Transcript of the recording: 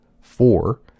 four